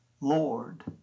Lord